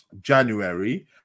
January